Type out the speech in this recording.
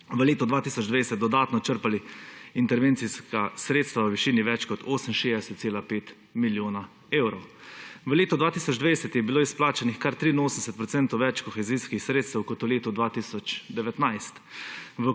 v letu 2020 dodatno črpali intervencijska sredstva v višini več kot 68,5 milijona evrov. V letu 2020 je bilo izplačanih kar 83 % več kohezijskih sredstev kot v letu 2019.